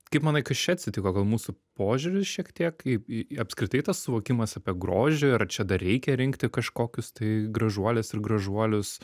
kaip manai kas čia atsitiko gal mūsų požiūris šiek tiek į į apskritai tas suvokimas apie grožį ir ar čia dar reikia rinkti kažkokius tai gražuoles ir gražuolius